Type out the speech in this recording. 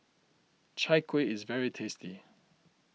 Chai Kuih is very tasty